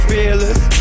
Fearless